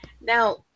Now